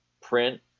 print